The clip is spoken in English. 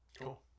Cool